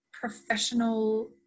professional